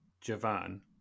Javan